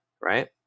right